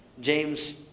James